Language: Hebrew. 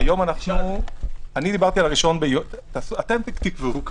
אתם תקבעו.